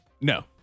No